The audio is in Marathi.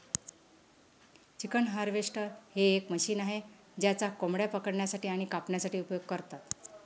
चिकन हार्वेस्टर हे एक मशीन आहे ज्याचा कोंबड्या पकडण्यासाठी आणि कापण्यासाठी उपयोग करतात